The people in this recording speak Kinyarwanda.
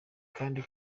kandi